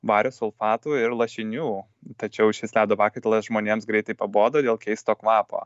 vario sulfatų ir lašinių tačiau šis ledo pakaitalas žmonėms greitai pabodo dėl keisto kvapo